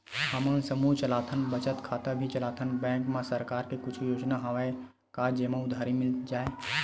हमन समूह चलाथन बचत खाता भी चलाथन बैंक मा सरकार के कुछ योजना हवय का जेमा उधारी मिल जाय?